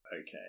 Okay